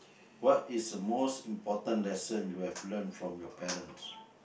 what is the most important lesson you have learnt from your parents